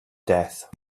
death